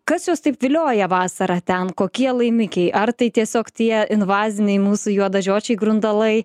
kas juos taip vilioja vasarą ten kokie laimikiai ar tai tiesiog tie invaziniai mūsų juodažiočiai grundalai